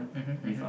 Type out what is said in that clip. mmhmm mmhmm